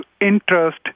interest